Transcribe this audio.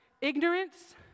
ignorance